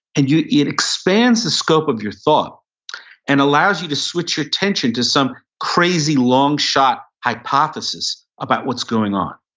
and it expands the scope of your thought and allows you to switch your attention to some crazy, long shot hypothesis about what's going on.